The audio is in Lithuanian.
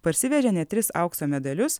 parsivežė net tris aukso medalius